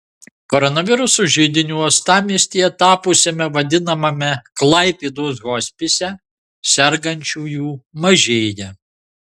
koronaviruso židiniu uostamiestyje tapusiame vadinamame klaipėdos hospise sergančiųjų mažėja